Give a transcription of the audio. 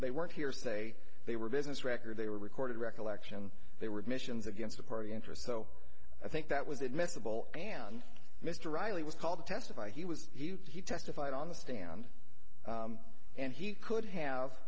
they weren't here say they were business record they were recorded recollection they were commissions against a party interest so i think that was admissible and mr riley was called to testify he was he testified on the stand and he could have